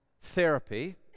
therapy